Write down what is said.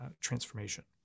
transformation